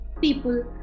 people